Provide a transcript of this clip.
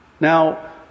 Now